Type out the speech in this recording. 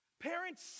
Parents